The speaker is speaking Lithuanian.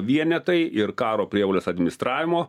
vienetai ir karo prievolės administravimo